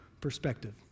perspective